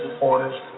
orders